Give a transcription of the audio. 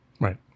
right